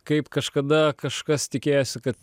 kaip kažkada kažkas tikėjosi kad